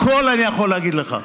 הכול אני יכול להגיד לך,